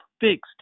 fixed